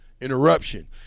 interruption